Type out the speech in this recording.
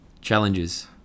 Challenges